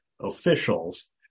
officials